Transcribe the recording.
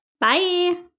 Bye